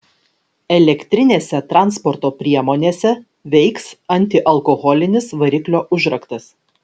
elektrinėse transporto priemonėse veiks antialkoholinis variklio užraktas